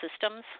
systems